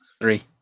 Three